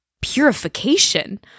purification